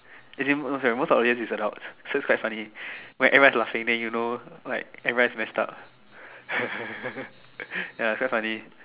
as in okay most of audience is adults so it's quite funny when everyone's laughing then you know everyone is messed up ya it's quite funny